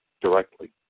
directly